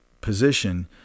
position